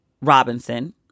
Robinson